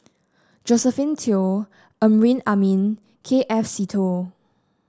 Josephine Teo Amrin Amin K F Seetoh